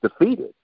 defeated